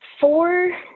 four